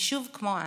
ושוב, כמו אז,